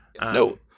No